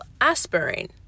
aspirin